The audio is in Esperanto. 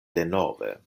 denove